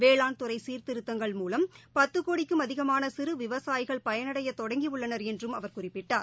வேளாண் துறை சீர்திருத்தங்கள் மூலம் பத்து கோடிக்கும் அதிகமான சிறு விவசாயிகள் பயனடைய தொடங்கி உள்ளனா் என்று அவர் குறிப்பிட்டார்